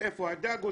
איפה הדגות,